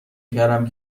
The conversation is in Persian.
کردم